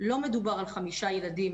לא מדובר על חמישה ילדים